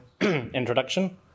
introduction